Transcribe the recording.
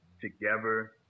Together